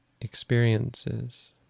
experiences